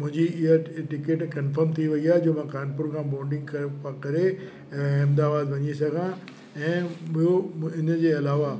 मुंहिंजी ईअं ticket confirm थी वई आहे जो मां कानपुर खां बोर्डिंग कर करे अहमदाबाद वञी सघां ऐं ॿियों इन जे अलावा